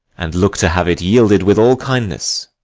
and look to have it yielded with all kindness.